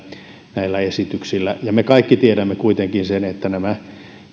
näillä esityksillä me kaikki tiedämme kuitenkin sen että nämä